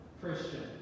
Christian